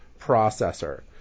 processor